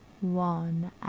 one